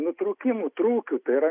nutrūkimų trūkių tai yra